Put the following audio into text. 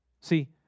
See